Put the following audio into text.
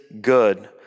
good